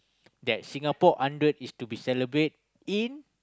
that Singapore hundred is to be celebrated in